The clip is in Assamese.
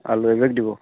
আলু এবেগ দিব